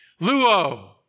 Luo